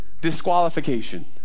disqualification